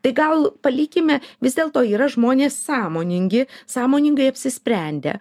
tai gal palikime vis dėlto yra žmonės sąmoningi sąmoningai apsisprendę